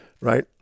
right